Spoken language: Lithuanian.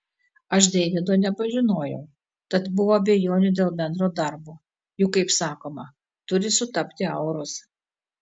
aš deivido nepažinojau tad buvo abejonių dėl bendro darbo juk kaip sakoma turi sutapti auros